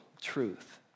truth